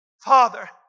Father